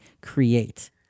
create